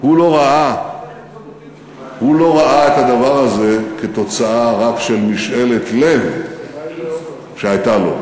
הוא לא ראה את הדבר הזה כתוצאה רק של משאלת לב שהייתה לו.